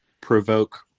provoke